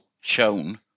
shown